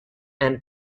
and